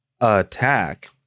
attack